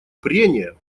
прения